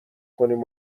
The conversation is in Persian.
کنیم